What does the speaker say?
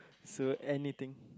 so anything